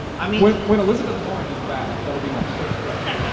i mean. when elizabeth warren is back, that'll be my first question